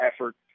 effort